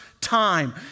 time